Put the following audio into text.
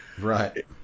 right